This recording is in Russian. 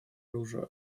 оружия